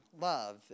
love